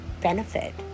benefit